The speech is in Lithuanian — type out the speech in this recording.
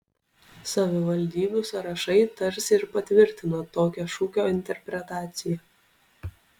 savivaldybių sąrašai tarsi ir patvirtina tokią šūkio interpretaciją